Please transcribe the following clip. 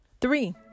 three